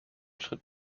schritt